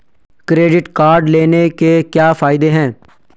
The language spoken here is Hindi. क्रेडिट कार्ड लेने के क्या फायदे हैं?